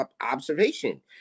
observation